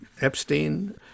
Epstein